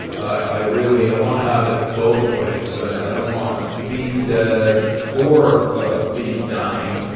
i really i want to have it both ways. i don't want to be dead or ah be dying,